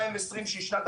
שסיבת